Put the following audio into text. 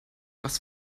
was